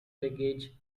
reggae